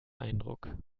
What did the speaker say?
eindruck